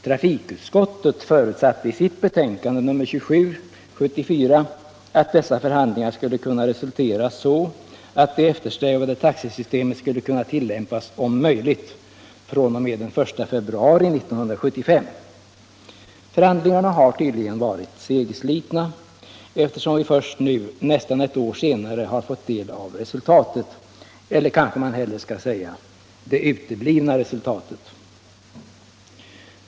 Trafikutskottet förutsatte i sitt betänkande nr 27 år 1974 att dessa förhandlingar skulle resultera i att det eftersträvade taxesystemet skulle kunna tillämpas, om möjligt, fr.o.m. den 1 februari 1975. Förhandlingarna har tydligen varit segslitna eftersom vi först nu, nästan ett år senare, har fått del av resultatet — eller kanske man hellre skall säga det uteblivna resultatet.